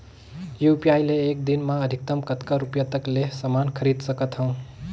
UPI ले एक दिन म अधिकतम कतका रुपिया तक ले समान खरीद सकत हवं?